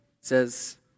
says